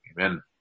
Amen